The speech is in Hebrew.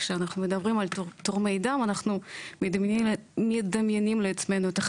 כשאנחנו מדברים על תורמי דם אנחנו מדמיינים לעצמנו את החיילים,